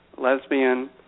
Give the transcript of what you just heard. lesbian